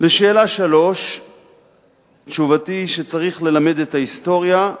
3. תשובתי היא שצריך ללמד את ההיסטוריה,